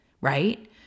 right